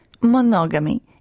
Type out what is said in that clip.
Monogamy